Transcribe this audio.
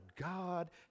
God